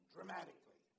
dramatically